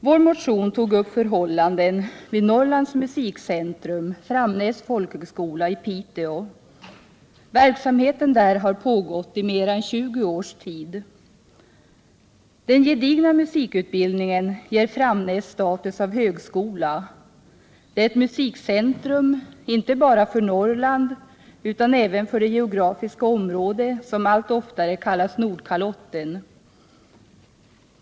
Vår motion tog upp förhållanden vid Norrlands musikcentrum, Framnäs folkhögskola i Piteå, där verksamheten har pågått i mer än 20 år. Den gedigna musikutbildningen ger Framnäs status av högskola. Det är ett musikcentrum inte bara för Norrland, utan även för det geografiska område som allt oftare kallas Nordkalotten.